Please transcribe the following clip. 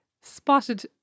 Spotted